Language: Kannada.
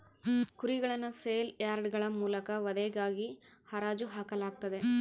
ಕುರಿಗಳನ್ನು ಸೇಲ್ ಯಾರ್ಡ್ಗಳ ಮೂಲಕ ವಧೆಗಾಗಿ ಹರಾಜು ಹಾಕಲಾಗುತ್ತದೆ